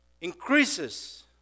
increases